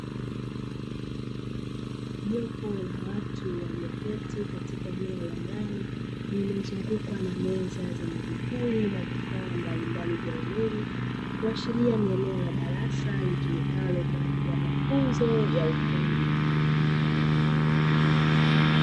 Jopo la watu walioketi katika eneo la ndani lililozungukwa na meza zenye vipuri, na vifaa mbalimbali vya umeme kuashiria ni eneo la darasa, litumikalo kwa ajili ya mafunzo ya ufundi.